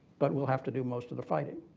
but will have to do most of the fighting.